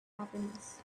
happiness